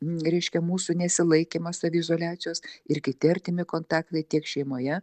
reiškia mūsų nesilaikymas saviizoliacijos ir kiti artimi kontaktai tiek šeimoje